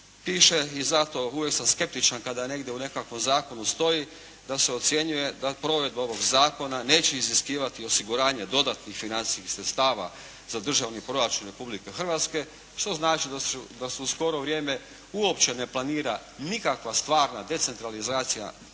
piše i zato uvijek sam skeptičan kada negdje u nekakvom zakonu stoji da se ocjenjuje da provedba ovog zakona neće iziskivati osiguranje dodatnih financijskih sredstava za državni proračun Republike Hrvatske što znači da se u skoro vrijeme uopće ne planira nikakva stvarna decentralizacija,